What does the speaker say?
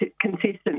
consistent